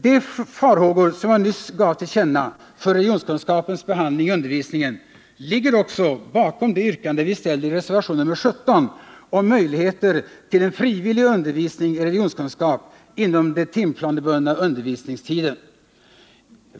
De farhågor som jag nyss gav till känna för religionskunskapens behandling i undervisningen ligger också bakom det yrkande vi ställer i reservation nr 17 om möjligheterna till frivillig undervisning i bibelkunskap inom den timplanebundna undervisningen.